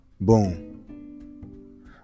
Boom